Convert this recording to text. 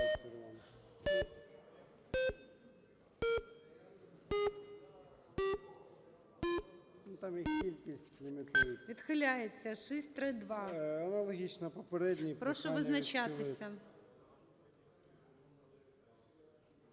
Відхиляється. 667. Прошу визначатися.